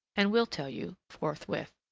and will tell you forthwith.